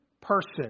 person